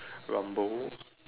rambo